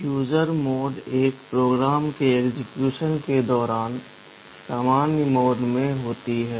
user mode एक program के execution के दौरान सामान्य मोड मे होता है